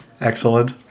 Excellent